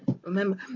remember